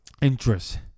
interest